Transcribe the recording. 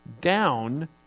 down